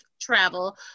Travel